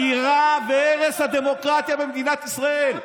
חתירה והרס הדמוקרטיה בארץ ישראל.